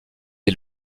est